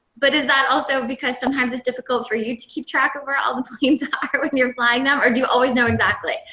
but is that also because sometimes it's difficult for you to keep track of where all the planes ah are when you're flying them? or do you always know exactly?